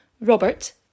Robert